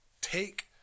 take